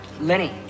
Lenny